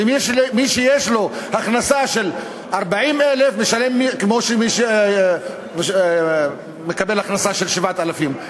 ומי שיש לו הכנסה של 40,000 שקל משלם כמו מי שמקבל הכנסה של 7,000 שקל,